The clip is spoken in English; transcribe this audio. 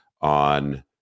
on